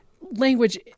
Language